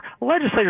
Legislators